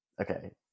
okay